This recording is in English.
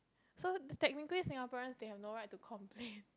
so technically Singaporeans they have no right to complain